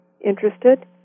interested